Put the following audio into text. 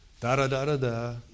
Da-da-da-da-da